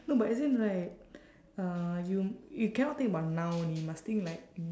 no but as in right uh you you cannot think about now only must think like